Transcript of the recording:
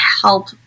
help